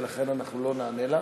ולכן אנחנו לא נענה לה,